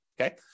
okay